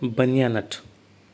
बनया न्ट्स